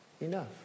enough